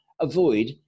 avoid